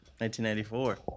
1994